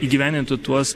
įgyvendinti tuos